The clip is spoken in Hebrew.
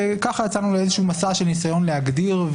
וככה יצאנו לאיזשהו מסע של ניסיון להגדיר,